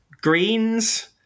greens